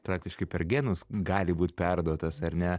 praktiškai per genus gali būti perduotas ar ne